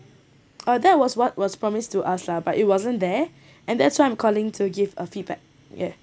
uh that was what was promised to us bah but it wasn't there and that's why I'm calling to give uh feedback yeah